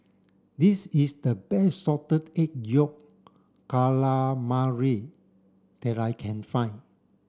this is the best salted egg yolk calamari that I can find